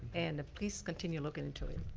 and please continue looking into it.